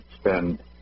spend